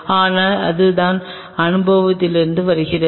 ஆனால் இதுதான் அனுபவத்திலிருந்து வருகிறது